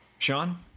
Sean